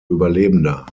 überlebender